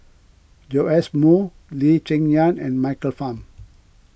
Joash Moo Lee Cheng Yan and Michael Fam